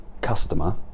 customer